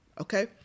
okay